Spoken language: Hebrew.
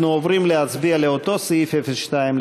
אנחנו עוברים להצביע על אותו סעיף 02,